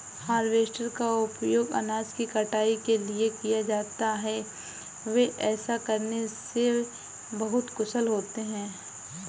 harvester का उपयोग अनाज की कटाई के लिए किया जाता है, वे ऐसा करने में बहुत कुशल होते हैं